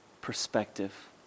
perspective